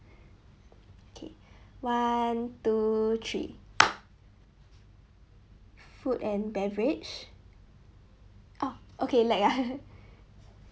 K one two three food and beverage oh okay lag ah